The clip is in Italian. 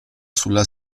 sulla